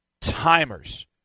timers